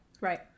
Right